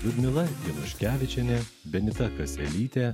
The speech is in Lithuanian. liudmila januškevičienė benita kaselytė